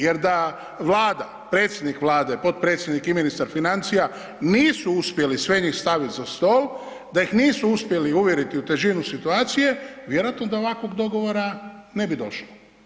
Jer da Vlada, predsjednik Vlade, potpredsjednik i ministar financija, nisu uspjeli sve njih stavit za stol, da ih nisu uspjeli uvjeriti u težinu situacije vjerojatno da do ovakvog dogovora ne bi došlo.